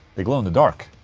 they glow in the dark,